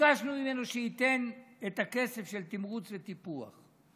ביקשנו ממנו שייתן את הכסף של תמרוץ וטיפוח,